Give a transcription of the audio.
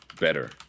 better